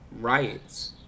riots